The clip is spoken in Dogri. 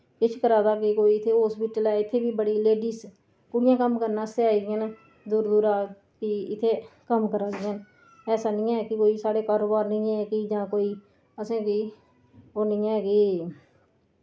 किश करा दा कि कोई इत्थै होस्पिटल ऐ इत्थै बी बड़ी लेडीस कुड़ियां कम्म करने आस्तै आई दियां न दूर दूरा फ्ही इत्थै कम्म करा दियां न ऐसा नि ऐ कि कोई साढ़े घर बार नि ऐ कि जां कोई असेंगी ओह् निं ऐ कि